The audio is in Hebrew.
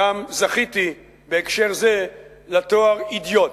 גם זכיתי בהקשר זה לתואר אידיוט.